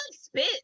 spit